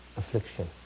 affliction